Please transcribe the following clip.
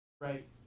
Right